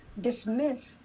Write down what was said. dismiss